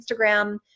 Instagram